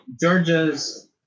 Georgia's